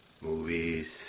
Movies